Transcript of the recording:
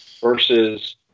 versus